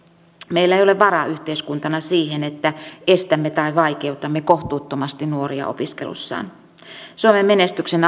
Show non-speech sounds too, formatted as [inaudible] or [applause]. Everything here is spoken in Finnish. meillä ei ole varaa yhteiskuntana siihen että estämme tai vaikeutamme kohtuuttomasti nuoria opiskelussaan suomen menestyksen [unintelligible]